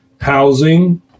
housing